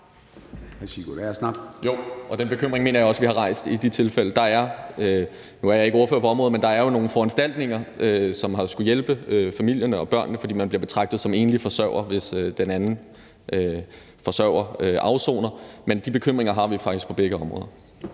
Sigurd Agersnap (SF): Jo, og den bekymring mener jeg også at vi har rejst i de tilfælde, men der er – nu er jeg ikke ordfører på området – nogle foranstaltninger, som har skullet hjælpe familierne og børnene, fordi man bliver betragtet som enlig forsørger, hvis den anden forsørger afsoner en straf. Men de bekymringer har vi faktisk på begge områder.